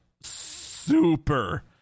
super